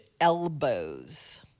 elbows